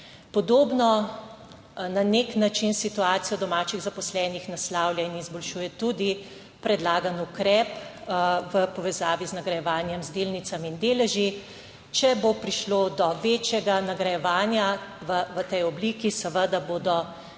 Podobno na nek način situacijo domačih zaposlenih naslavlja in izboljšuje tudi predlagan ukrep v povezavi z nagrajevanjem z delnicami in deleži. Če bo prišlo do večjega nagrajevanja v tej obliki, seveda bodo